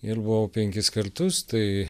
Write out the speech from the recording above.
ir buvau penkis kartus tai